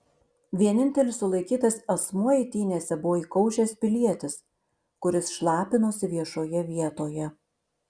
vienintelis sulaikytas asmuo eitynėse buvo įkaušęs pilietis kuris šlapinosi viešoje vietoje